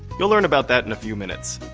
you'll learn about that in a few minutes.